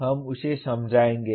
हम उसे समझाएंगे